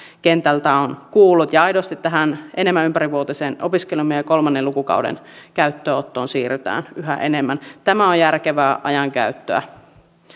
kentältä olen kuullut ja aidosti tähän ympärivuotiseen opiskeluun ja kolmannen lukukauden käyttöönottoon siirrytään yhä enemmän tämä on järkevää ajankäyttöä